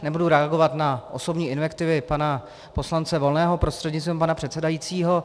Nebudu reagovat na osobní invektivy pana poslance Volného prostřednictvím pana předsedajícího.